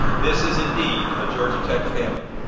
this is indeed a georgia tech family.